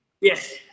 Yes